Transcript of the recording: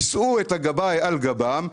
יישאו את הגבאי על גבם,